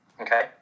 Okay